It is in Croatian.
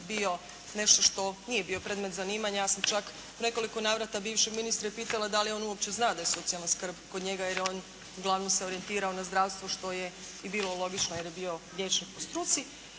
bio nešto što nije bio predmet zanimanja. Ja sam čak u nekoliko navrata bivšeg ministra pitala da li on uopće zna da je socijalna skrb kod njega jer je on uglavnom se orijentirao na zdravstvo što je i bilo logično jer je bio liječnik po struci.